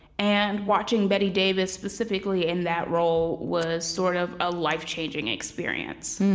and watching bette davis, specifically in that role, was sort of a life-changing experience